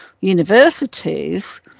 universities